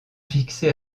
fixés